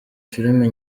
filimi